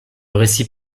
récit